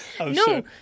No